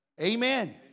Amen